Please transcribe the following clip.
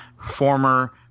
former –